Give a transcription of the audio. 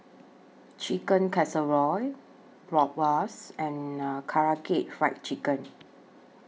Chicken Casserole Bratwurst and Karaage Fried Chicken